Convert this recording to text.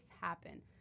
happen